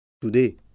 Today